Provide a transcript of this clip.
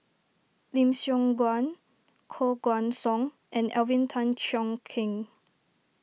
Lim Siong Guan Koh Guan Song and Alvin Tan Cheong Kheng